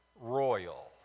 royal